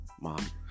Mom